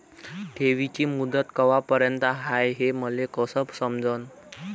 ठेवीची मुदत कवापर्यंत हाय हे मले कस समजन?